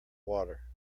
water